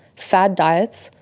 fad diets,